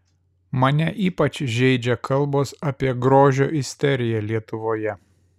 mane ypač žeidžia kalbos apie grožio isteriją lietuvoje